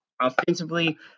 offensively